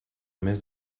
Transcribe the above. més